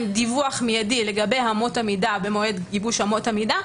דיווח מיידי לגבי אמות המידה במועד גיבוש אמות המידה,